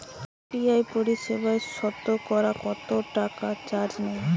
UPI পরিসেবায় সতকরা কতটাকা চার্জ নেয়?